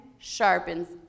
sharpens